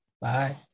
Bye